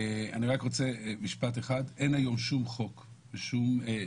אני רוצה לומר רק משפט אחד: אין היום שום חוק במדינת